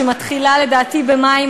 שמתחילה לדעתי במאי,